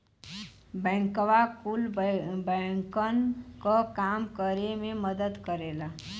बैंकवा कुल बैंकन क काम करे मे मदद करेला